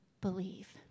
believe